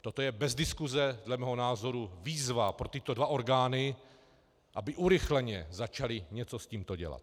Toto je bez diskuse dle mého názoru výzva pro tyto dva orgány, aby urychleně začaly něco s tímto dělat.